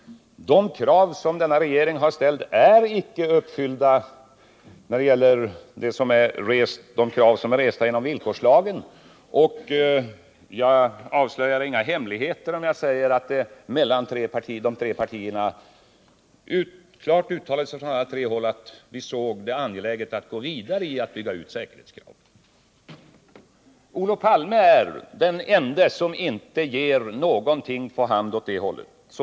De krav som denna regering har rest inom villkorslagen är inte uppfyllda. Och jag avslöjar inga hemligheter om jag säger att det från alla de tre partierna klart uttalades att vi ansåg det angeläget att gå vidare med att bygga ut säkerhetskraven. Olof Palme är den ende som inte ger någonting på hand åt det hållet.